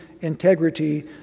integrity